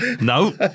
No